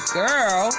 girl